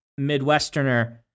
Midwesterner